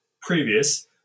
previous